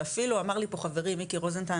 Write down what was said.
ואפילו אמר לי פה חבר מיקי רוזנטל,